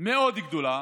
מאוד גדולה,